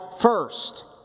first